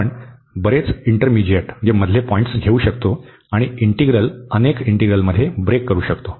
आपण बरेच intermediate points घेऊ शकतो आणि इंटीग्रल अनेक इंटीग्रलमध्ये ब्रेक करू शकतो